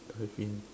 dive in